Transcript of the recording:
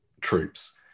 troops